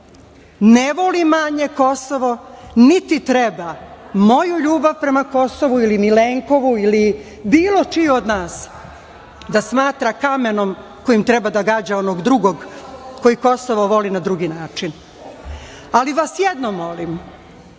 ne voli manje Kosovo, niti treba moju ljubav prema Kosovu ili Milenkovu ili bilo čiju od nas da smatra kamenom kojim treba da gađa onog drugo koji Kosovo voli na drugi način. Ali vas jedno molim,